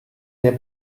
der